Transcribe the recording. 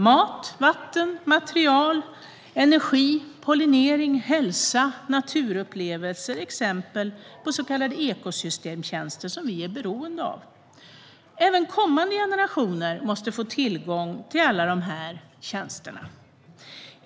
Mat, vatten, material, energi, pollinering, hälsa och naturupplevelser är exempel på så kallade ekosystemtjänster, som vi är beroende av. Även kommande generationer måste få tillgång till alla dessa tjänster.